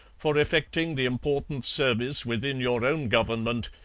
for effecting the important service within your own government,